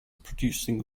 producing